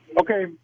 Okay